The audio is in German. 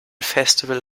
festival